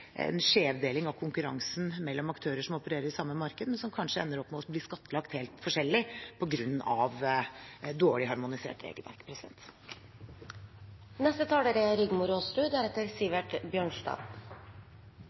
en skjevdeling av konkurransen mellom aktører som opererer i samme marked, men som kanskje ender opp med å bli skattlagt helt forskjellig på grunn av dårlig harmonisert regelverk.